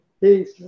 Peace